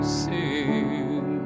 sing